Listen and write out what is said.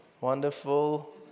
Wonderful